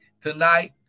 tonight